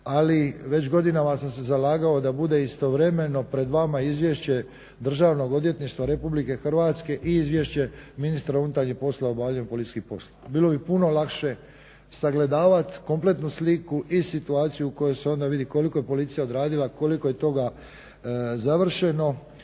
ali već godinama sam se zalagao da bude istovremeno pred vama Izvješće Državnog odvjetništva Republike Hrvatske i Izvješće ministra unutarnjih poslova o obavljanju policijskih poslova. Bilo bi puno lakše sagledavati kompletnu sliku i situaciju u kojoj se onda vidi koliko je policija odradila, koliko je toga završeno